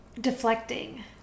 Deflecting